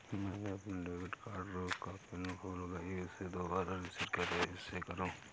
मैंने अपने debit card का पिन भूल गई, उसे दोबारा रीसेट कैसे करूँ?